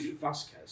Vasquez